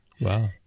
Wow